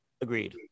Agreed